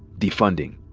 defunding.